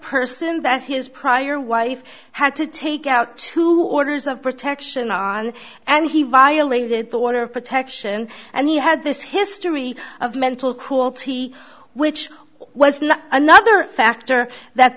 person that his prior wife had to take out two orders of protection on and he violated the water protection and he had this history of mental cruelty which was not another factor that